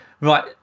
Right